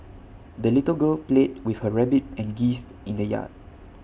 the little girl played with her rabbit and geese in the yard